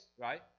Right